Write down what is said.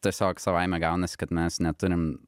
tiesiog savaime gaunasi kad mes neturim